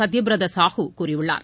சத்யபிரதா சாஹூ கூறியுள்ளார்